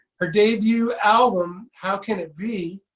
her debut album how can it be?